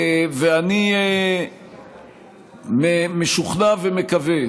ואני משוכנע ומקווה